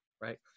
right